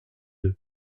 deux